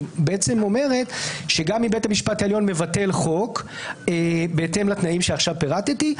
שאומרת שגם אם בית המשפט העליון מבטל חוק בהתאם לתנאים שעכשיו פירטתי,